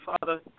Father